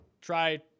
try